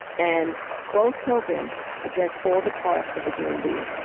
and both programs address all the parts of a human being.